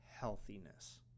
healthiness